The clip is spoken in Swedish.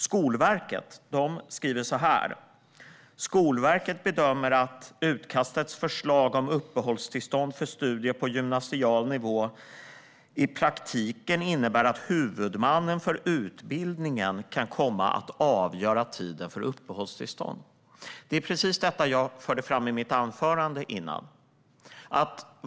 Skolverket skriver så här: Skolverket bedömer att utkastets förslag om uppehållstillstånd för studier på gymnasial nivå i praktiken innebär att huvudmannen för utbildningen kan komma att avgöra tiden för uppehållstillstånd. Det var precis detta jag förde fram i mitt anförande tidigare.